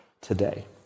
today